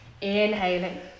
Inhaling